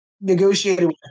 Negotiated